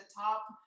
top